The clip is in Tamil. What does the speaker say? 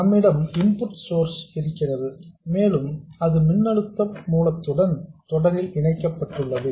நம்மிடம் இன்புட் சோர்ஸ் இருக்கிறது மேலும் அது மின்னழுத்த மூலத்துடன் தொடரில் இணைக்கப்பட்டுள்ளது